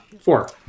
four